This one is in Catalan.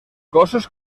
gossos